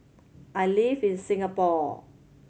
I live in Singapore